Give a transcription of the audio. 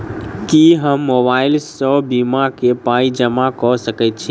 की हम मोबाइल सअ बीमा केँ पाई जमा कऽ सकैत छी?